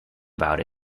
about